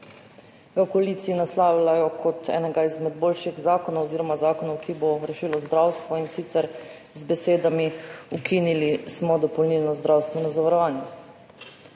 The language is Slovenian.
jo v koaliciji naslavljajo kot enega izmed boljših zakonov oziroma zakonov, ki bo rešil zdravstvo, in sicer z besedami: ukinili smo dopolnilno zdravstveno zavarovanje.